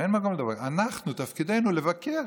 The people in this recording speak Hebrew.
אנחנו, תפקידנו לבקר.